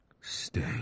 Stay